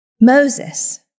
Moses